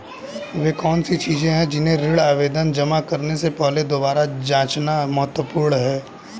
वे कौन सी चीजें हैं जिन्हें ऋण आवेदन जमा करने से पहले दोबारा जांचना महत्वपूर्ण है?